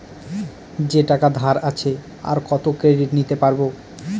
যে টাকা ধার আছে, আর কত ক্রেডিট নিতে পারবো?